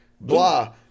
blah